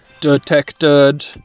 Detected